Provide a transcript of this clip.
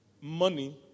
money